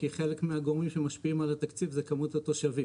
כי חלק מהגורמים שמשפעים על התקציב הם כמות התושבים.